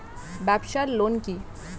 ব্যবসায় ঋণ কি?